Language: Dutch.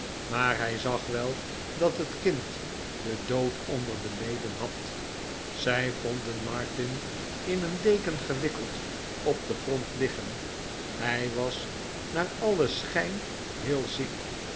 maar hij zag wel dat het kind den dood onder de leden had zij vonden martin in een deken gewikkeld op den grond liggen hij was naar alien schijn heel ziek